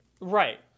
Right